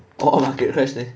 oh market crash then